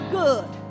good